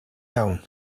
iawn